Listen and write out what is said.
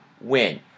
win